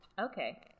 Okay